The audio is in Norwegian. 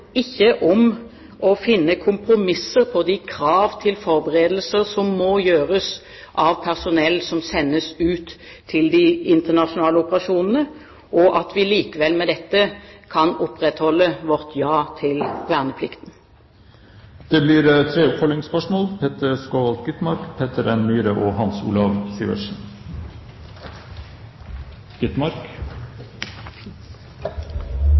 om å finne kompromisser på de krav til forberedelser som må gjøres av personell som sendes ut til de internasjonale operasjonene, og at vi likevel med dette kan opprettholde vårt ja til verneplikten. Det blir tre oppfølgingsspørsmål – først Peter Skovholt Gitmark. Det er en betydelig grad av selvmotsigelse mellom Regjeringens politikk og